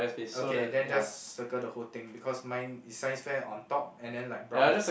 okay then just circle the whole thing because mine is Science fair on top and then like brown